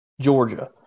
Georgia